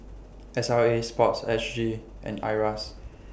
S L A Sports S G and IRAS